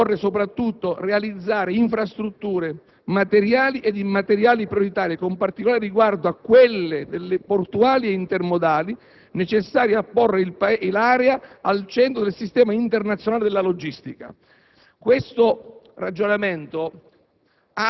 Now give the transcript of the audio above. Occorre, soprattutto, realizzare infrastrutture, materiali ed immateriali prioritarie, con particolare riguardo a quelle portuali e intermodali, necessarie a porre l'area al centro del sistema internazionale della logistica. Questo ragionamento